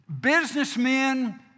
businessmen